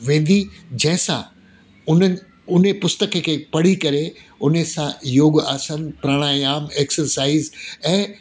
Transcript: वेंदी जंहिं सां उन्हनि उन पुस्तक खे पढ़ी करे उन सां योग आसन प्राणायाम एक्सरसाइज ऐं